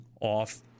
off